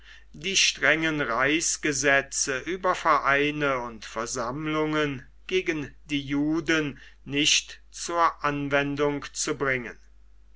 die strengen reichsgesetze über vereine und versammlungen gegen die juden nicht zur anwendung zu bringen